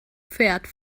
fährt